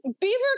Beaver